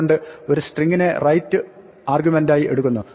അതുകൊണ്ട് ഒരു സ്ട്രിങ്ങിനെ റൈറ്റ് ആർഗ്യുമെന്റായി എടുക്കുന്നു